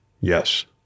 yes